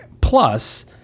Plus